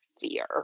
fear